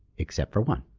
except for one.